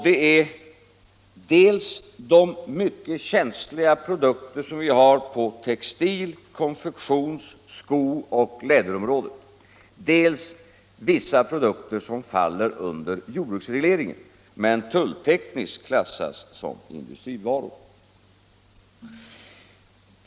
Det är dels de mycket känsliga produkterna på textil-, konfektions-, skooch läderområdena, dels vissa produkter som faller under jordbruksregleringen men tulltekniskt klassas som industrivaror.